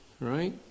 right